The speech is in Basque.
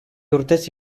urtez